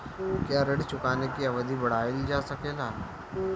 क्या ऋण चुकाने की अवधि बढ़ाईल जा सकेला?